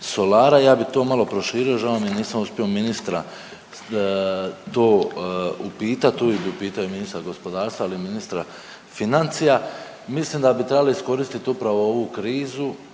solara. Ja bih to malo proširio, žao mi je, nisam uspio ministra to upitati, tu, pitao bih ministra gospodarstva, ali i ministra financija, mislim da bi trebali iskoristiti upravo ovu krizu